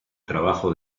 trabajo